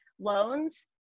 loans